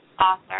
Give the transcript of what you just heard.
author